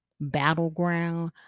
battleground